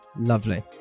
Lovely